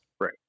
Right